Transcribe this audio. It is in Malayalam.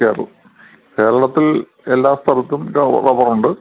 കേരൾ കേരളത്തിൽ എല്ലാ സ്ഥലത്തും റബർ ഉണ്ട്